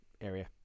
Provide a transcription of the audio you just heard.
area